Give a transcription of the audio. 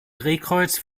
drehkreuz